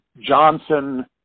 Johnson